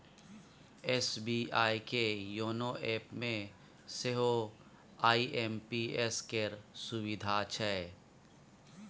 SBI के YONO एपमे सेहो आई.एम.पी.एस केर सुविधा छै